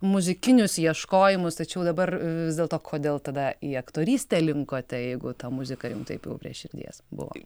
muzikinius ieškojimus tačiau dabar vis dėlto kodėl tada į aktorystę linkote jeigu ta muzika jum taip jau prie širdies buvo